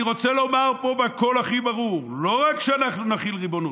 אני רוצה לומר פה בקול הכי ברור: לא רק שאנחנו נחיל ריבונות,